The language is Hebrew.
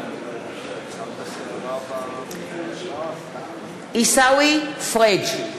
מתחייב אני עיסאווי פריג'